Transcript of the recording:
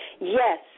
Yes